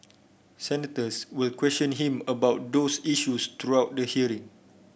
senators will question him about those issues throughout the hearing